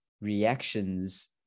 reactions